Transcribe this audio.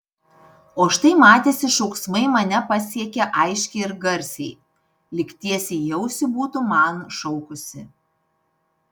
o štai matėsi šauksmai mane pasiekė aiškiai ir garsiai lyg tiesiai į ausį būtų man šaukusi